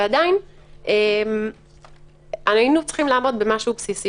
ועדיין היינו צריכים לעמוד במשהו בסיסי